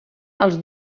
els